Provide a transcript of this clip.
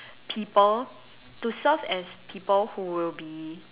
people to serve as people who will be